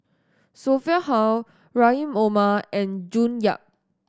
Sophia Hull Rahim Omar and June Yap